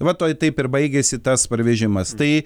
va toj taip ir baigėsi tas parvežimas tai